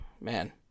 man